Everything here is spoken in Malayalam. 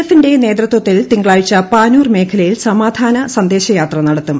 എഫിന്റെ നേതൃത്വത്തിൽ തിങ്കളാഴ്ച പാനൂർ മേഖലയിൽ സമാധാന സന്ദേശയാത്ര നിട്ടത്തും